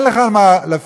אין לך מה לפחד,